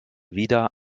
wieder